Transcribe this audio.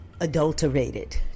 adulterated